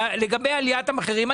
לגבי עליית המחירים,